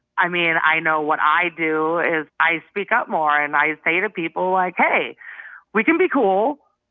i mean, i know what i do is i speak up more. and i say to people, like, hey we can be cool,